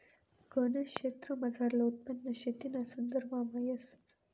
गनज क्षेत्रमझारलं उत्पन्न शेतीना संदर्भामा येस